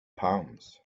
palms